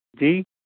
जी